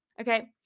Okay